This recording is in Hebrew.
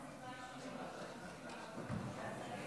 אדוני